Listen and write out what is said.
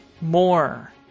more